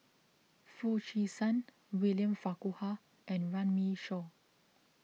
Foo Chee San William Farquhar and Runme Shaw